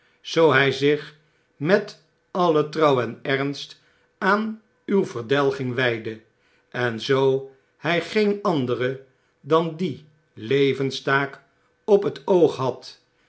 zoo hy zich met alle trouw en ernst aan uw verdelging wydde en zoo hy geen andere dan die levenstaak op het oog had